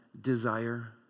desire